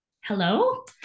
Hello